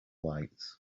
lights